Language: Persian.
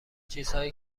چیزهایی